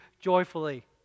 joyfully